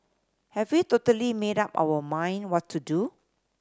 have we totally made up our mind what to do